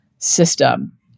system